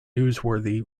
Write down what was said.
newsworthy